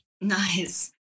Nice